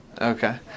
Okay